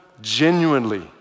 genuinely